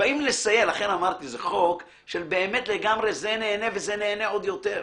מבין לגמרי את מה שאת אומרת.